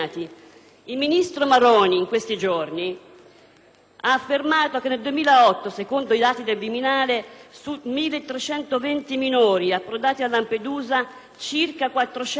ha affermato che nel 2008, secondo i dati del Viminale, su 1.320 minori approdati a Lampedusa, circa 400 sono spariti senza lasciare traccia.